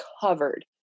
covered